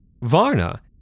Varna